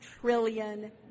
trillion